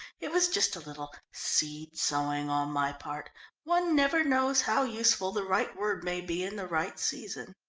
it was just a little seed-sowing on my part one never knows how useful the right word may be in the right season.